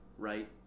right